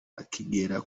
akigera